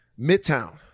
Midtown